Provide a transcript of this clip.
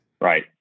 Right